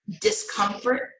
discomfort